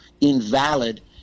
invalid